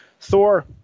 Thor